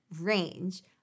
range